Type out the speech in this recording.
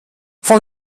von